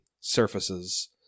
surfaces